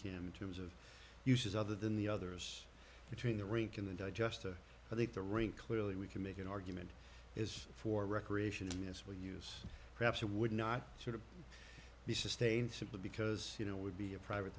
use of uses other than the others between the rink in the digester i think the ring clearly we can make an argument is for recreation as we use perhaps it would not sort of be sustained simply because you know would be a private